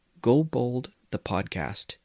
GoBoldThePodcast